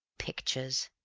pictures,